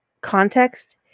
context